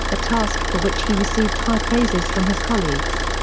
a task for which he received high praises from his colleagues.